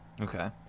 Okay